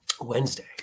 Wednesday